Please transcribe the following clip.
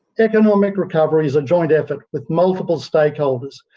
economic recovery is a joint effort with multiple stakeholders,